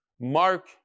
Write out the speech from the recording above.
Mark